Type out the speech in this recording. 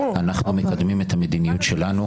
אנחנו מקדמים את המדיניות שלנו.